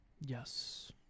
yes